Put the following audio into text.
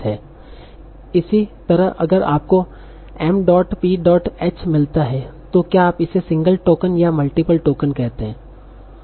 इसी तरह अगर आपको m dot p dot h mph मिलता है तो क्या आप इसे सिंगल टोकन या मल्टीपल टोकन कहते है